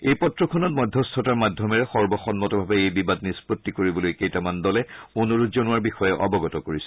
এই পত্ৰখনত মধ্যস্থতাৰ মাধ্যমেৰে সৰ্বসন্মতভাৱে এই বিবাদ নিষ্পত্তি কৰিবলৈ কেইটামান দলে অনুৰোধ জনোৱাৰ বিষয়ে অৱগত কৰিছে